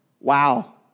Wow